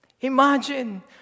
Imagine